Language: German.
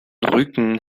rücken